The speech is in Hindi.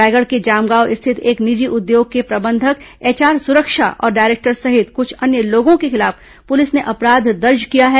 रायगढ़ के जामगांव स्थित एक निजी उद्योग के प्रबंधक एचआर सुरक्षा और डायरेक्टर सहित कुछ अन्य लोगों के खिलाफ पुलिस ने अपराध दर्ज किया है